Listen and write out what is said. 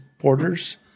borders